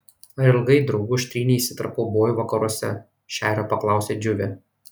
ar ilgai drauguž tryneisi tarp kaubojų vakaruose šerio paklausė džiuvė